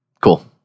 Cool